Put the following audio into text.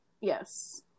Yes